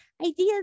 ideas